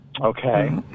Okay